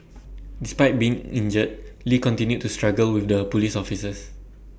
despite being injured lee continued to struggle with the Police officers